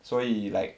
所以 like